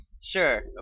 Sure